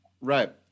Right